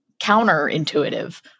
counterintuitive